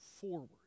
forward